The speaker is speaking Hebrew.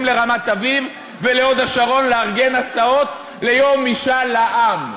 לרמת-אביב ולהוד-השרון לארגון הסעות ליום משאל העם.